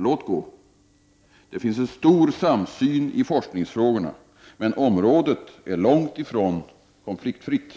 Låt gå, det finns en stor samsyn i forskningsfrågorna, men området är långt ifrån konfliktfritt.